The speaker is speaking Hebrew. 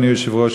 אדוני היושב-ראש,